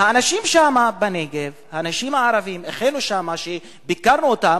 האנשים שם בנגב, האנשים הערבים, שם, שביקרנו אותם,